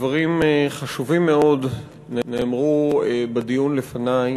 דברים חשובים מאוד נאמרו בדיון לפני,